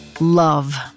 Love